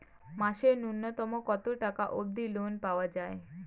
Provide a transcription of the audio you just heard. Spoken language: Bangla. মাসে নূন্যতম কতো টাকা অব্দি লোন পাওয়া যায়?